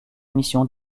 missions